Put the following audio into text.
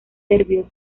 serbios